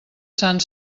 sant